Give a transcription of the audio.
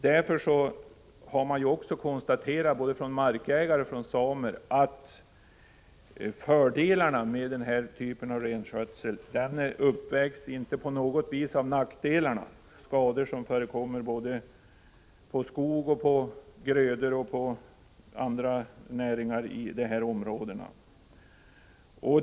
Därför har både markägare och samer konstaterat att fördelarna med den här typen av renskötsel inte på något vis uppvägs av nackdelarna. Det rör sig om skador på såväl skog som grödor och annat i dessa områden.